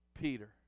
Peter